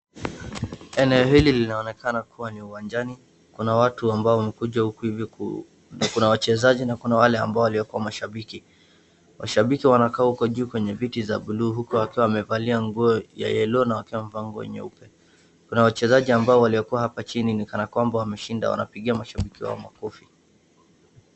Eneo hili linaoneakana kuwa ni uwanjani, kuna watu ambao wamekuja huku hivi na kuna wachezaji na kuna wale ambao waliwekwa mashabiki. Washabiki wanakaa huko juu kwenye viti za buluu huku wakiwa wamevalia nguo ya yellow na wakiwa wamevaa nguo nyeupe. Kuna wachezaji ambao waliokuwa hapa chini ni kama kwamba wameshinda wanapigia mashabiki wao makofi.